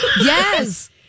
yes